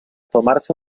tomarse